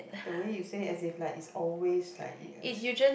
the way you say as if like is always like